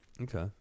okay